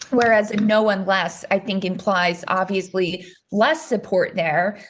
whereas and no, one last, i think, implies obviously less support there.